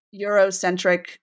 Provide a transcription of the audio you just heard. Eurocentric